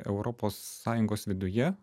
europos sąjungos viduje